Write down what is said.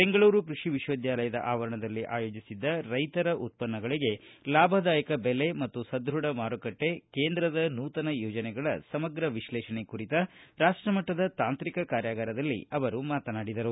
ಬೆಂಗಳೂರು ಕೃಷಿ ವಿಶ್ವವಿದ್ಯಾನಿಲಯದ ಆವರಣದಲ್ಲಿ ಆಯೋಜಿಸಿದ್ದ ರೈತರ ಉತ್ಪನ್ನಗಳಿಗೆ ಲಾಭದಾಯಕ ಬೆಲೆ ಮತ್ತು ಸಧ್ಯಡ ಮಾರುಕಟ್ಟೆ ಕೇಂದ್ರದ ನೂತನ ಯೋಜನೆಗಳ ಸಮಗ್ರ ವಿಶ್ಲೇಷಣ ಕುರಿತ ರಾಷ್ಟಮಟ್ಟದ ತಾಂತ್ರಿಕ ಕಾರ್ಯಾಗಾರದಲ್ಲಿ ಅವರು ಮಾತನಡಿದರು